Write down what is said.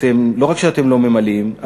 לא רק שאתם לא ממלאים,